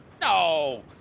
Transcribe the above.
No